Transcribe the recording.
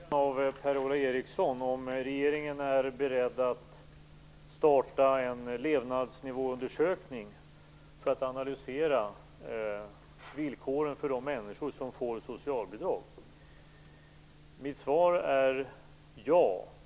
Herr talman! Jag fick frågan av Per-Ola Eriksson om regeringen är beredd att starta en levnadsnivåundersökning för att analysera villkoren för de människor som får socialbidrag. Mitt svar är ja.